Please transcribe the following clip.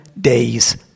days